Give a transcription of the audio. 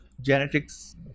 genetics